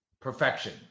perfection